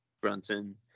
Brunson